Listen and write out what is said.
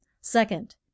second